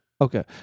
Okay